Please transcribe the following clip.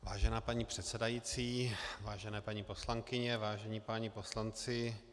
Vážená paní předsedající, vážené paní poslankyně, vážení páni poslanci.